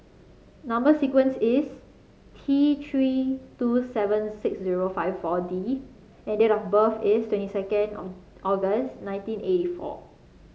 number sequence is T Three two seven six zero five four D and date of birth is twenty second of August nineteen eighty four